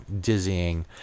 dizzying